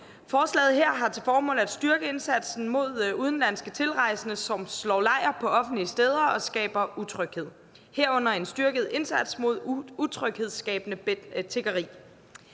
Forslaget her har til formål at styrke indsatsen mod udenlandske tilrejsende, som slår lejr på offentlige steder og skaber utryghed, herunder en styrket indsats mod utryghedsskabende tiggeri.